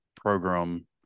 program